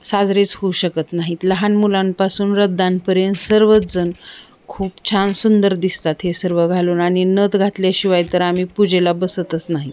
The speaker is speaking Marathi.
साजरेच होऊ शकत नाहीत लहान मुलांपासून वृद्धांपर्यंत सर्वचजण खूप छान सुंदर दिसतात हे सर्व घालून आणि नथ घातल्याशिवाय तर आम्ही पूजेला बसतच नाहीत